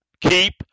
Keep